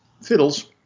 fiddles